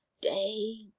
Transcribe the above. Day